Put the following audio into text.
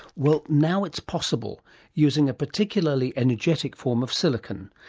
well now it's possible using a particularly energetic form of silicon.